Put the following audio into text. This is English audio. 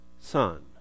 son